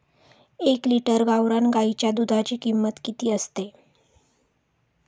एक लिटर गावरान गाईच्या दुधाची किंमत किती असते?